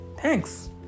Thanks